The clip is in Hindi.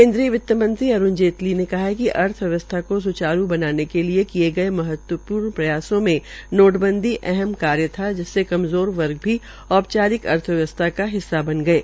केन्द्रीय वित्तंमंत्री अरूण जेतली ने कहा है कि अर्थव्यवस्था को स्चारू बनाने के लिए किये गये महत्वपूर्ण प्रयासों में नोटबंदी अहम कार्य था जिससे कमजोर वर्ग भी औपचारिक अर्थव्यवस्था का हिस्सा बन गये